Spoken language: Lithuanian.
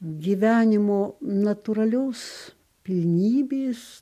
gyvenimo natūralios pilnybės